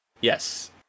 Yes